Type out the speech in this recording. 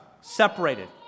separated